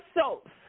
soaps